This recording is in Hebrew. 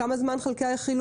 כמה יעלו לי החלקי חילוף